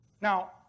Now